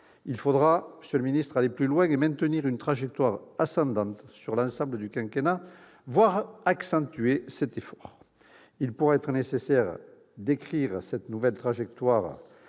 il faudra aller plus loin et maintenir une trajectoire ascendante sur l'ensemble du quinquennat, voire accentuer cet effort. Il pourra être nécessaire d'écrire cette nouvelle trajectoire